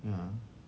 ya